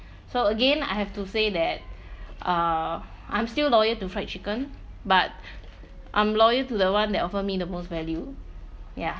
so again I have to say that uh I'm still loyal to fried chicken but I'm loyal to the one that offer me the most value ya